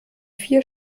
vier